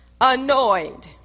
Annoyed